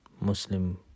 Muslim